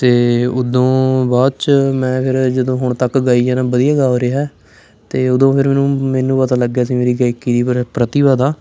ਅਤੇ ਉਦੋਂ ਬਾਅਦ 'ਚ ਮੈਂ ਫਿਰ ਜਦੋਂ ਹੁਣ ਤੱਕ ਗਾਈ ਜਾਂਦਾ ਵਧੀਆ ਗਾ ਹੋ ਰਿਹਾ ਅਤੇ ਉਦੋਂ ਫਿਰ ਮੈਨੂੰ ਮੈਨੂੰ ਪਤਾ ਲੱਗ ਗਿਆ ਸੀ ਮੇਰੀ ਗਾਇਕੀ ਦੀ ਪ੍ਰ ਪ੍ਰਤਿਭਾ ਦਾ